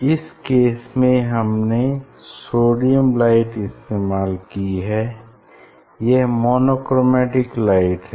इस केस में हमने सोडियम लाइट इस्तेमाल की है यह मोनोक्रोमेटिक लाइट है